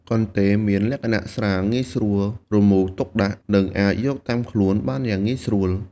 កន្ទេលមានលក្ខណៈស្រាល ងាយស្រួលរមូរទុកដាក់ និងអាចយកតាមខ្លួនបានយ៉ាងងាយស្រួល។